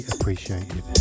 appreciated